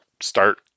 start